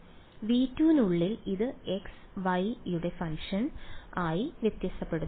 അതിനാൽ V2 നുള്ളിൽ ഇത് x y യുടെ ഫംഗ്ഷൻ ആയി വ്യത്യാസപ്പെടുന്നു